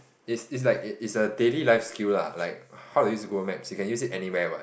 it's it's like it's a daily life skill lah how to use Google Maps you can use it anywhere what